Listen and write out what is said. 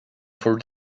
for